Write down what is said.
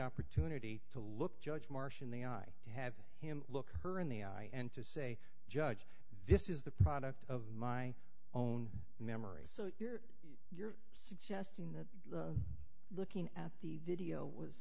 opportunity to look judge marsh in the i have him look her in the eye and to say judge this is the product of my own memory so you're suggesting that looking at the video was